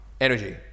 energy